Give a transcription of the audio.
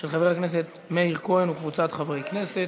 של חבר הכנסת מאיר כהן וקבוצת חברי הכנסת.